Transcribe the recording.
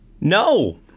No